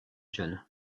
john